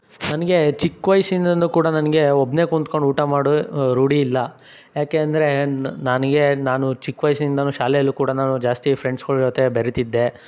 ನನಗೆ ಚಿಕ್ಕವಯ್ಸಿಂದನೂ ಕೂಡ ನನಗೆ ಒಬ್ಬನೇ ಕುಂತ್ಕೊಂಡು ಊಟ ಮಾಡೇ ರೂಢಿ ಇಲ್ಲ ಯಾಕೆ ಅಂದರೆ ನನಗೆ ನಾನು ಚಿಕ್ಕವಯ್ಸಿಂದನೂ ಶಾಲೆಯಲ್ಲಿ ಕೂಡ ನಾನು ಜಾಸ್ತಿ ಫ್ರೆಂಡ್ಸ್ಗಳ ಜೊತೆ ಬೆರೀತಿದ್ದೆ